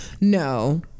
no